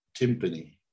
timpani